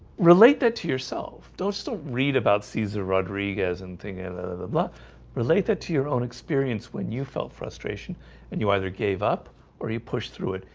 relate that to yourself don't still read about cesar rodriguez and thinking of ah the bla relate that to your own experience when you felt frustration and you either gave up or you push through it.